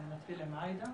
נתחיל עם עאידה.